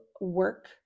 work